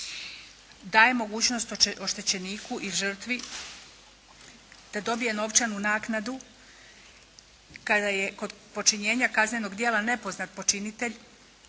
daje mogućnost oštećeniku i žrtvi da dobije novčanu naknadu kada je kod počinjenja kaznenog djela nepoznat počinitelj